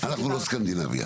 אנחנו לא סקנדינביה,